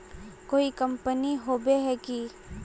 कोई कंपनी होबे है की?